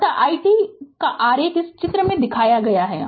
अत i t का आलेख इस चित्र में दिखाया गया है